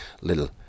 little